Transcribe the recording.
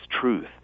truth